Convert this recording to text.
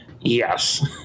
Yes